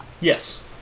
Yes